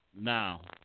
Now